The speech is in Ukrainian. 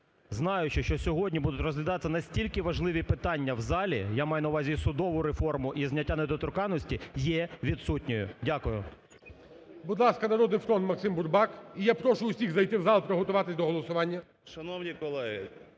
знаючи, що сьогодні будуть розглядатись настільки важливі питання в залі, я маю на увазі і судову реформу, і зняття недоторканності, є відсутньою. Дякую. ГОЛОВУЮЧИЙ. Будь ласка, "Народний фронт", Максим Бурбак. І я прошу усіх зайти в зал, приготуватись до голосування.